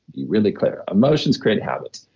be really clear, emotions create habits.